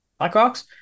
Blackhawks